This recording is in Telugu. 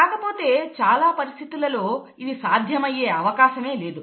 కాకపోతే చాలా పరిస్థితులలో ఇది సాధ్యమయ్యే అవకాశమే లేదు